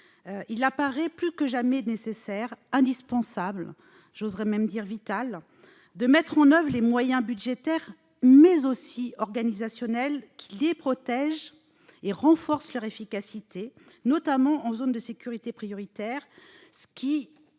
il apparaît plus que jamais nécessaire, indispensable, j'oserais même dire vital, de mettre en oeuvre les moyens budgétaires, mais aussi organisationnels qui les protègent et renforcent leur efficacité, notamment en zone de sécurité prioritaire. Cela